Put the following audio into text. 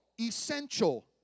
essential